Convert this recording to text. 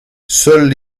seuls